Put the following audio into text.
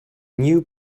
new